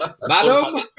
Madam